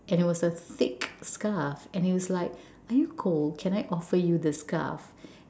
and it was a thick scarf and he was like are you cold can I offer you this scarf